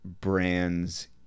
brands